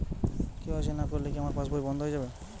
KYC না করলে কি আমার পাশ বই বন্ধ হয়ে যাবে?